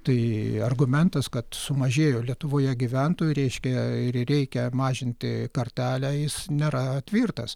tai argumentas kad sumažėjo lietuvoje gyventojų reiškia reikia mažinti kartelę jis nėra tvirtas